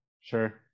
Sure